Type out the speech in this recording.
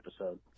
episode